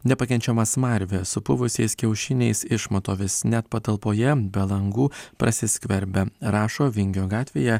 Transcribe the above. nepakenčiama smarvė supuvusiais kiaušiniais išmatomis net patalpoje be langų prasiskverbia rašo vingio gatvėje